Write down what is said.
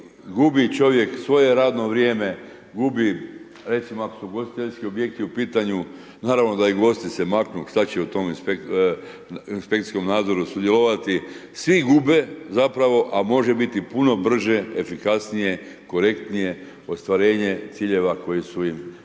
gubi čovjek svoje radno vrijeme, gubi recimo ako su ugostiteljski objekti u pitanju naravno da i gosti se maknu što će u tom inspekcijskom nadzoru sudjelovati. Svi gube, zapravo a može biti puno brže, efikasnije, korektnije ostvarenje ciljeva koji su im podređeni